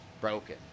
Broken